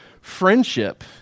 friendship